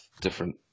different